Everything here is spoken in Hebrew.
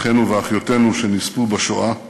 אחינו ואחיותינו שנספו בשואה.